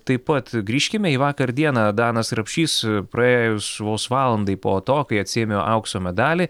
taip pat grįžkime į vakar dieną danas rapšys praėjus vos valandai po to kai atsiėmė aukso medalį